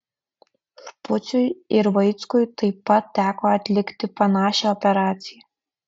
špuciui ir vaickui taip pat teko atlikti panašią operaciją